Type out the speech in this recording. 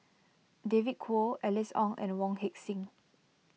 David Kwo Alice Ong and Wong Heck Sing